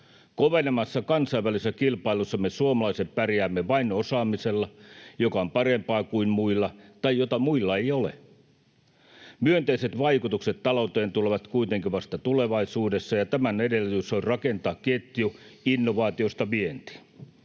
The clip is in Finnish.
Kovenevassa kansainvälisessä kilpailussa me suomalaiset pärjäämme vain osaamisella, joka on parempaa kuin muilla tai jota muilla ei ole. Myönteiset vaikutukset talouteen tulevat kuitenkin vasta tulevaisuudessa, ja tämän edellytys on rakentaa ketju innovaatioista vientiin.